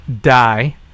die